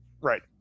Right